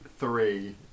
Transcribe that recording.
three